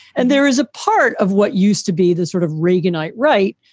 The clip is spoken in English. and there is a part of what used to be the sort of reaganite. right.